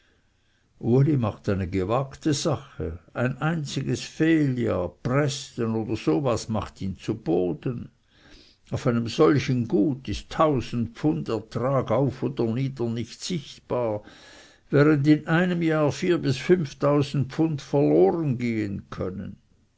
macht eine gewagte sache ein einziges fehljahr presten oder so was macht ihn zu boden auf einem solchen gut ist tausend pfund ertrag auf oder nieder nicht sichtbar während in einem jahr vier bis fünftausend pfund verloren gehen können